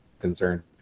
concern